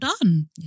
done